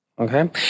Okay